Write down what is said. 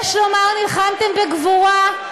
יש לומר נלחמתם בגבורה.